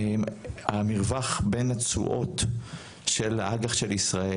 המרווח בין התשואות של האג"ח של ישראל,